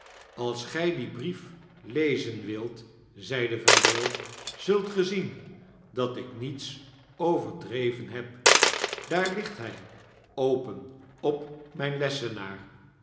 als gg dien brief lezen wilt zeide vendale zult ge zien dat ik niets overdreven heb daar ligt hy open op mgn lessenaar